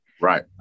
right